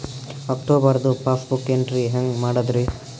ಅಕ್ಟೋಬರ್ದು passbook entry ಹೆಂಗ್ ಮಾಡದ್ರಿ?